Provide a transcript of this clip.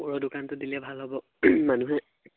পূৰা দোকানটো দিলে ভাল হ'ব মানুহে